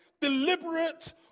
deliberate